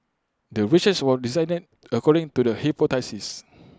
the research was designed according to the hypothesis